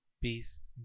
peace